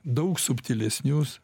daug subtilesnius